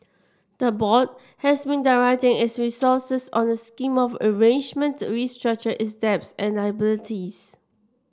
the board has been directing its resources on a scheme of arrangement to restructure its debts and liabilities